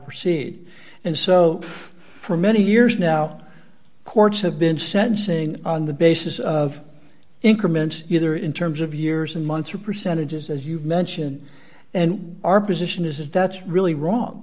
proceed and so for many years now courts have been sensing on the basis of increments either in terms of years and months or percentages as you mentioned and our position is that's really wrong